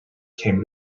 came